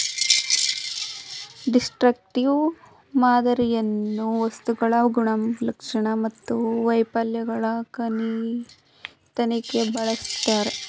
destructive ಮಾದರಿಯನ್ನು ವಸ್ತುಗಳ ಗುಣಲಕ್ಷಣ ಮತ್ತು ವೈಫಲ್ಯಗಳ ತನಿಖೆಗಾಗಿ ಬಳಸ್ತರೆ